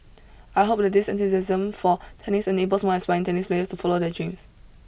I hope that this enthusiasm for tennis enables more aspiring tennis players to follow their dreams